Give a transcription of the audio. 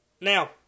Now